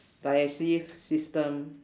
digestive system